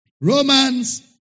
Romans